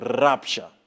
rapture